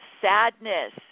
sadness